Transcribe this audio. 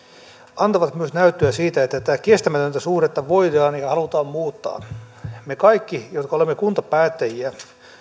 antavat myös näyttöä siitä että tätä kestämätöntä suhdetta voidaan ja halutaan muuttaa me kaikki jotka olemme kuntapäättäjiä